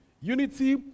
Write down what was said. unity